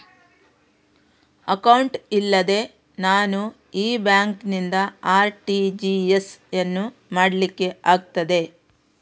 Account ಇಲ್ಲದೆ ನಾನು ಈ ಬ್ಯಾಂಕ್ ನಿಂದ ಆರ್.ಟಿ.ಜಿ.ಎಸ್ ಯನ್ನು ಮಾಡ್ಲಿಕೆ ಆಗುತ್ತದ?